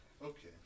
Okay